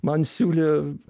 man siūlė